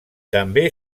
també